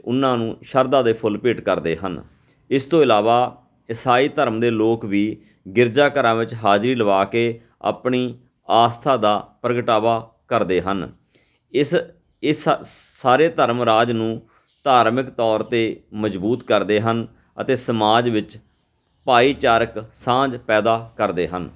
ਉਨਾਂ ਨੂੰ ਸ਼ਰਧਾ ਦੇ ਫੁੱਲ ਭੇਟ ਕਰਦੇ ਹਨ ਇਸ ਤੋਂ ਇਲਾਵਾ ਇਸਾਈ ਧਰਮ ਦੇ ਲੋਕ ਵੀ ਗਿਰਜਾ ਘਰਾਂ ਵਿੱਚ ਹਾਜ਼ਰੀ ਲਵਾ ਕੇ ਆਪਣੀ ਆਸਥਾ ਦਾ ਪ੍ਰਗਟਾਵਾ ਕਰਦੇ ਹਨ ਇਸ ਇਸ ਸਾ ਸਾਰੇ ਧਰਮ ਰਾਜ ਨੂੰ ਧਾਰਮਿਕ ਤੌਰ 'ਤੇ ਮਜ਼ਬੂਤ ਕਰਦੇ ਹਨ ਅਤੇ ਸਮਾਜ ਵਿੱਚ ਭਾਈਚਾਰਕ ਸਾਂਝ ਪੈਦਾ ਕਰਦੇ ਹਨ